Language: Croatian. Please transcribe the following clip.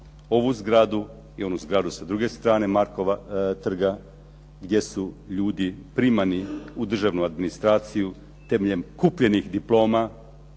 ovu zgradu i onu zgradu sa druge strane Markova trga gdje su ljudi primani u državnu administraciju temeljem kupljenih diploma,